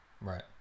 Right